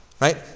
Right